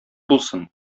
булсын